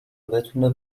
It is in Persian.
بتونه